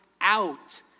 out